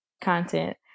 content